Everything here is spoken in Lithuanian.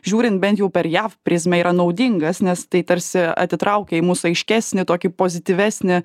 žiūrint bent jau per jav prizmę yra naudingas nes tai tarsi atitraukia į mus aiškesnį tokį pozityvesnį